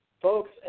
folks